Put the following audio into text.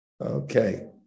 Okay